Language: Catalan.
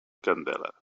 candela